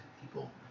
people